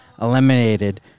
eliminated